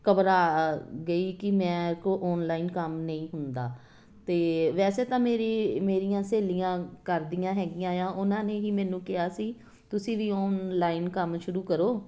ਘਬਰਾ ਗਈ ਕਿ ਮੈਂ ਕੋ ਓਨਲਾਈਨ ਕੰਮ ਨਹੀਂ ਹੁੰਦਾ ਤੇ ਵੈਸੇ ਤਾਂ ਮੇਰੀ ਮੇਰੀਆਂ ਸਹੇਲੀਆਂ ਕਰਦੀਆਂ ਹੈਗੀਆਂ ਆ ਉਹਨਾਂ ਨੇ ਹੀ ਮੈਨੂੰ ਕਿਹਾ ਸੀ ਤੁਸੀਂ ਵੀ ਓਮਲਾਈਨ ਕੰਮ ਸ਼ੁਰੂ ਕਰੋ